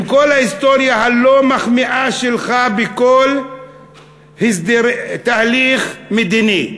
עם כל ההיסטוריה הלא-מחמיאה שלך בכל תהליך מדיני,